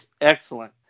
excellent